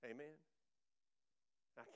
Amen